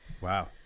Wow